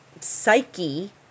psyche